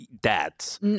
dads